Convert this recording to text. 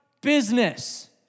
business